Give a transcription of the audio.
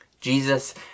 Jesus